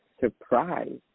surprise